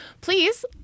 please